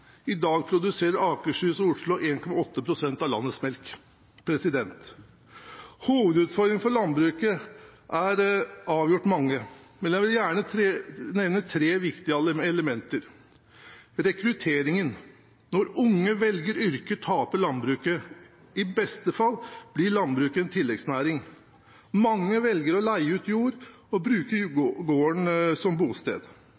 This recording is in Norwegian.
I dag produserer Akershus og Oslo 1,8 pst. av landets melk. Hovedutfordringene for landbruket er avgjort mange, men jeg vil gjerne nevne tre viktige elementer: Rekrutteringen: Når unge velger yrke, taper landbruket, i beste fall blir landbruket en tilleggsnæring. Mange velger å leie ut jord og bruke